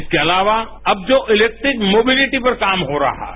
इसके अलावा अब जो इलैक्ट्रिक मोबेलीटी पर काम हो रहा है